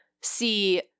see